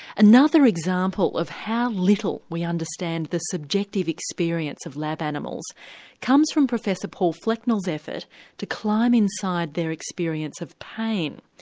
another example of how little we understand the subjective experience of lab animals comes from professor paul flecknell's effort to climb inside their experience of pain.